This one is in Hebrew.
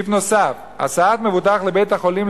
סעיף נוסף: הסעת מבוטח לבית-החולים